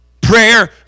Prayer